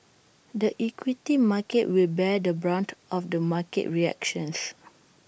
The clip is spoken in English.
the equity market will bear the brunt of the market reactions